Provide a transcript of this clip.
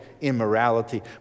immorality